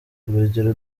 urugero